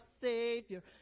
Savior